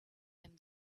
him